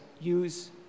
use